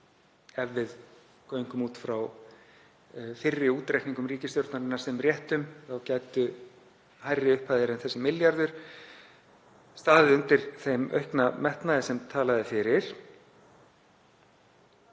Ef við göngum út frá fyrri útreikningum ríkisstjórnarinnar sem réttum gætu hærri upphæðir en þessi milljarður staðið undir þeim aukna metnað sem talað var fyrir.